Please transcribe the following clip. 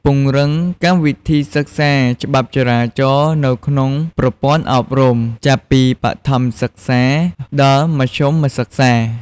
ពង្រឹងកម្មវិធីសិក្សាច្បាប់ចរាចរណ៍ នៅក្នុងប្រព័ន្ធអប់រំ ចាប់ពីបឋមសិក្សាដល់មធ្យមសិក្សា។